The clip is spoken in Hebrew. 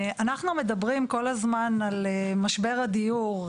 אנחנו מדברים כל הזמן על משבר הדיור,